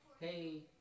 Hey